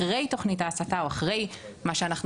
אחרי תוכנית ההסתה או אחרי מה שאנחנו